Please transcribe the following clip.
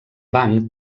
banc